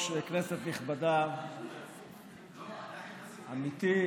נדרשת הצהרה שלפיה יש לך מוגבלות, וניתן